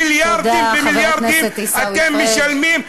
מיליארדים ומיליארדים אתם משלמים,